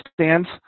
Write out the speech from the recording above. stands